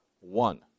one